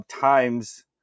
times